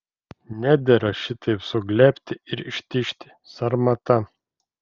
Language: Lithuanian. nedera šitaip suglebti ir ištižti sarmata